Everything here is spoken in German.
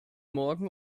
morgen